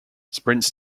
sprints